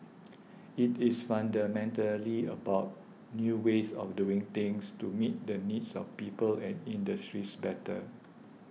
it is fundamentally about new ways of doing things to meet the needs of people and industries better